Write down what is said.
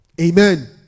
Amen